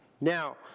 Now